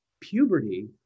puberty